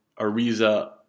Ariza